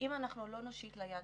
לא נושיט להם יד,